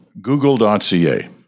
Google.ca